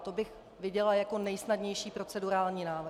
To bych viděla jako nejsnadnější procedurální návrh.